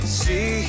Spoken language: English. see